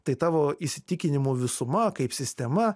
tai tavo įsitikinimų visuma kaip sistema